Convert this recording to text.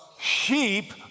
sheep